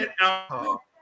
alcohol